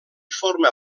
forma